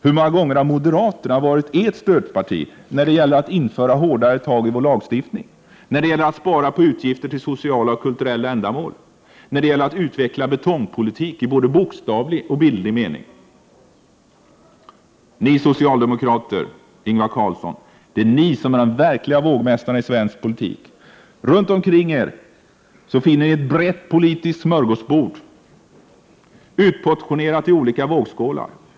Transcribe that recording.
Hur många gånger har moderaterna varit ert stödparti när det gäller att införa hårdare tag i vår lagstiftning, när det gäller att spara på utgifter till sociala och kulturella ändamål och när det gäller att utveckla betongpolitik i både bokstavlig och bildlig mening? Det är ni socialdemokrater, Ingvar Carlsson, som är de verkliga vågmästarna i svensk politik. Runt omkring er finner ni ett brett politiskt smörgåsbord, utportionerat i olika vågskålar.